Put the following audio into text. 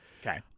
okay